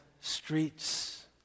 streets